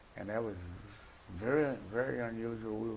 and it was very very unusual,